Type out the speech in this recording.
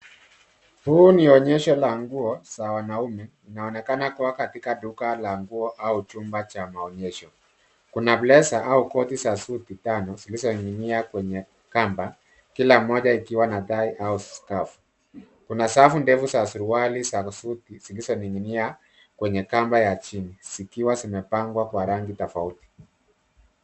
Huu ni onyesho la nguo za wanaume, inaonekana kuwa katika duka la nguo au chumba cha maonyesho. Kuna Blazer au koti za suti tano zilizoning'inia kwenye kamba, kila mmoja ikiwa na tai au scurf . Kuna safu ndefu za suruali na suti zilizoning'inia kwenye kamba ya chini zikiwa zimepangwa kwa rangi tofauti.